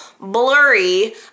blurry